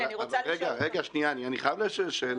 אני אשמח להירשם.